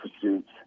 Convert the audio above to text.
pursuits